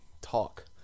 talk –